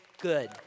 Good